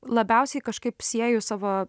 labiausiai kažkaip sieju savo